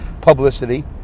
publicity